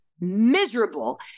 miserable